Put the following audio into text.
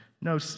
no